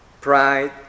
pride